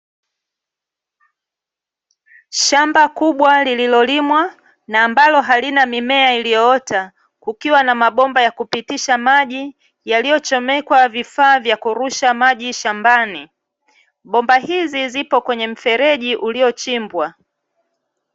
Shamba kubwa lililolimwa na ambalo halina mimea iliyoota, kukiwa na mabomba ya kupitisha maji yaliyochomekwa vifaa vya kurusha maji shambani. Bomba hizi zipo kwenye mfereji uliochimbwa.